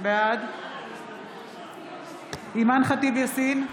בעד אימאן ח'טיב יאסין,